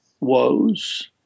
woes